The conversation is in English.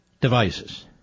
devices